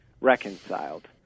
reconciled